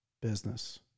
business